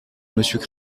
monsieur